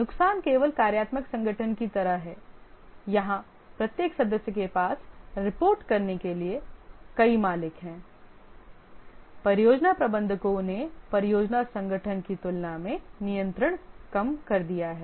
नुकसान केवल कार्यात्मक संगठन की तरह है यहां प्रत्येक सदस्य के पास रिपोर्ट करने के लिए कई मालिक हैं परियोजना प्रबंधकों ने परियोजना संगठन की तुलना में नियंत्रण कम कर दिया है